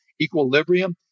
equilibrium